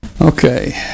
Okay